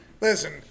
Listen